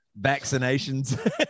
vaccinations